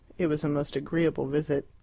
it was a most agreeable visit.